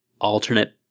alternate